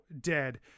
dead